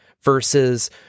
versus